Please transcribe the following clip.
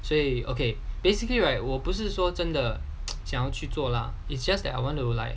所以 okay basically right 我不是说真的想要去做 lah it's just that I want to like